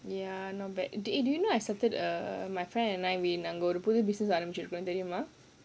ya not bad di~ eh did you know I started err my friend and I we நாங்க ஒரு:naanga oru business ஆரம்பிச்சிருக்கோம் தெரியுமா:arambichirukkom theriyumaa